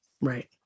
Right